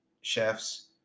chefs